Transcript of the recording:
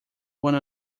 one